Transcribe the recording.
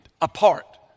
apart